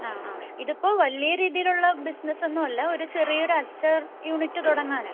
ആ ആ ഇതിപ്പോൾ വലിയ രീതിയിലുള്ള ബിസിനസ്സ് ഒന്നും അല്ല ഒരു ചെറിയ ഒരു അച്ചാർ യൂണിറ്റ് തുടങ്ങാനാണ്